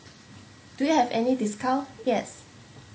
do you have any discount yes